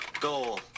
goal